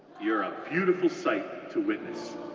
you're a beautiful sight to witness.